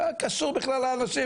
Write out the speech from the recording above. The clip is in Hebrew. לא קשור בכלל לאנשים,